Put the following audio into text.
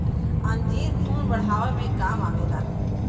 अंजीर खून बढ़ावे मे काम आवेला